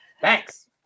Thanks